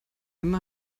emma